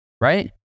right